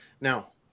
Now